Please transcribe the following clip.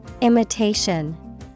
Imitation